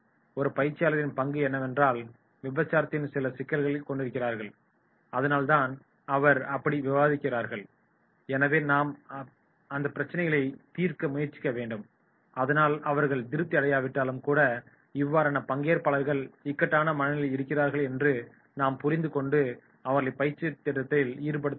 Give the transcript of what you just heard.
ஒரு பயிற்சியாளரின் பங்கு என்னவென்றால் விமர்சகர்கள் சில சிக்கல்களைக் கொண்டிருக்கிறார்கள் அதனால்தான் அவர் அப்படி விமர்சிக்கிறார்கள் எனவே நாம் அந்த பிரச்சினைகளை தீர்க்க முயற்சிக்க வேண்டும் அதனால் அவர்கள் திருப்தி அடையாவிட்டாலும் கூட இவ்வாறான பங்கேற்பாளர்கள் இக்கட்டான மனநிலையில் இருக்கிறார்கள் என்று நாம் புரிந்து கொண்டு அவர்களை பயிற்சி திட்டத்தில் ஈடுபடுத்த வேண்டும்